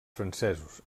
francesos